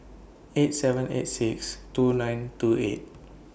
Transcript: eight seven eight six two nine two eight